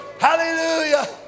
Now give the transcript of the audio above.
Hallelujah